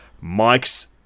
Mike's